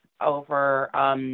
over